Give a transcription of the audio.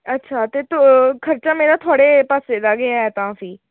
अच्छा ते त खर्चा मेरा थुआढ़े पास्से दा गै ऐ तां फ्ही